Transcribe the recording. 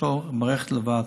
יש לה מערכת נפרדת.